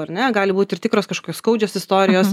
ar ne gali būti ir tikros kažkokios skaudžios istorijos